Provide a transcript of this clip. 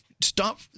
Stop